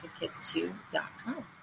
ActiveKids2.com